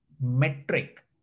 metric